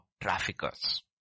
traffickers